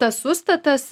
tas užstatas